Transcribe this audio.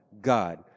God